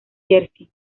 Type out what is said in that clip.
jersey